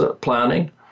planning